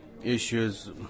issues